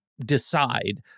decide